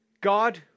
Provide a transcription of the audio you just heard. God